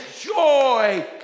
Joy